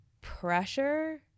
pressure